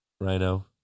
Rhino